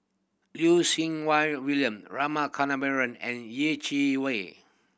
Wai William Rama Kannabiran and Yeh Chi Wei